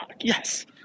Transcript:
Yes